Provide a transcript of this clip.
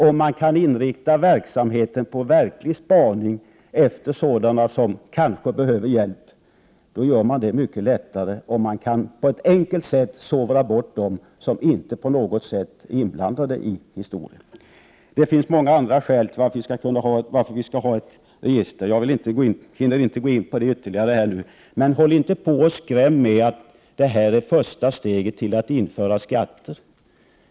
Om man kan inrikta verksamheten på verklig spaning efter sådana som kanske behöver hjälp, då gör man det mycket lättare om man på ett enkelt sätt kan sovra bort dem som inte på något sätt är inblandade i historien. Det finns många andra skäl till att vi skall ha detta register. Jag hinner inte gå in på det ytterligare. Men håll inte på och skräm med att detta är första steget till att införa skatter.